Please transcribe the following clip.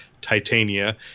Titania